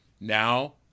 Now